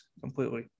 completely